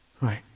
right